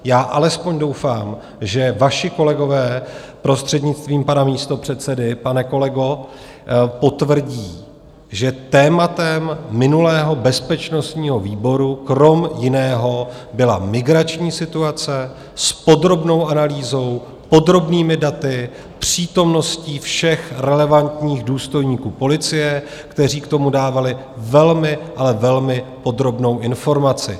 Já alespoň doufám, že vaši kolegové, prostřednictvím pana místopředsedy, pane kolego, potvrdí, že tématem minulého bezpečnostního výboru kromě jiného byla migrační situace s podrobnou analýzou, podrobnými daty, přítomností všech relevantních důstojníků policie, kteří k tomu dávali velmi, ale velmi podrobnou informaci.